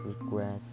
regrets